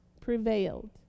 prevailed